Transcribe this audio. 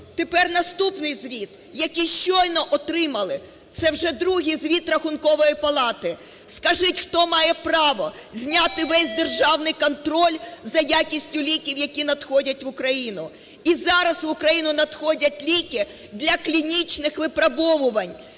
Тепер наступний звіт, який щойно отримали. Це вже другий звіт Рахункової палати. Скажіть, хто має право зняти весь державний контроль за якістю ліків, які надходять в Україну? І зараз в Україну надходять ліки для клінічних випробовувань.